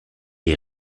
est